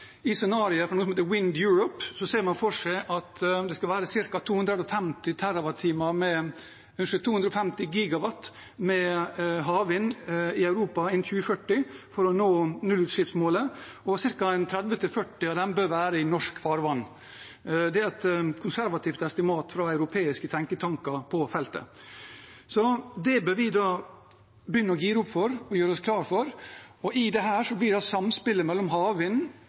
I scenarioet til noe som heter WindEurope, ser man for seg at det skal være ca. 250 GW havvind i Europa innen 2040 for å nå nullutslippsmålet, og ca. 30–40 av disse bør være i norsk farvann. Det er et konservativt estimat fra europeiske tenketanker på feltet. Det bør vi da begynne å gire opp for og gjøre oss klare for. I dette blir samspillet mellom havvind, landkraftsystemet og det europeiske kraftnettet rundt helt sentralt. Og dagen for å begynne å investere i dette er nå. For det